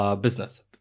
business